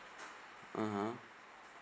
(uh huh)